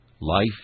Life